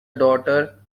daughter